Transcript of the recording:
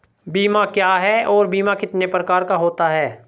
बीमा क्या है और बीमा कितने प्रकार का होता है?